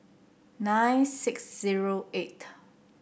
nine six zero eighth